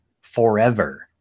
forever